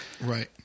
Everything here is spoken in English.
Right